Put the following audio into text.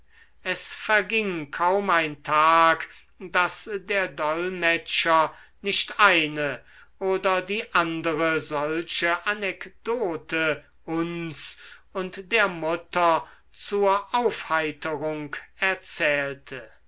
es verging kaum ein tag daß der dolmetscher nicht eine oder die andere solche anekdote uns und der mutter zur aufheiterung erzählte